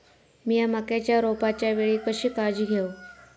मीया मक्याच्या रोपाच्या वेळी कशी काळजी घेव?